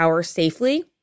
safely